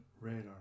radar